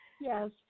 Yes